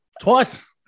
twice